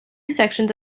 sections